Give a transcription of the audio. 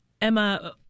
Emma